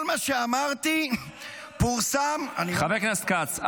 כל מה שאמרתי פורסם --- חבר הכנסת כץ,